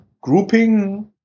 grouping